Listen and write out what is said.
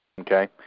Okay